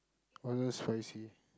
oh that was spicy